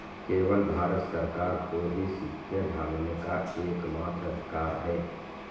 केवल भारत सरकार को ही सिक्के ढालने का एकमात्र अधिकार है